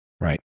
Right